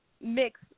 mix